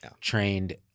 trained